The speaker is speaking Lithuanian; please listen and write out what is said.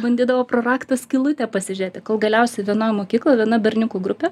bandydavo pro rakto skylutę pasižiūrėti kol galiausiai vienoj mokykloj viena berniukų grupė